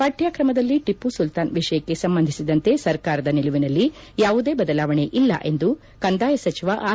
ಪಠ್ಯ ಕ್ರಮದಲ್ಲಿ ಟಿಪ್ಪು ಸುಲ್ತಾನ್ ವಿಷಯಕ್ಕೆ ಸಂಬಂಧಿಸಿದಂತೆ ಸರ್ಕಾರದ ನಿಲುವಿನಲ್ಲಿ ಯಾವುದೇ ಬದಲಾವಣೆ ಇಲ್ಲ ಎಂದು ಕಂದಾಯ ಸಚಿವ ಆರ್